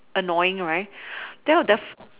annoying right that would def~